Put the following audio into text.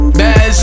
bad